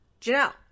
Janelle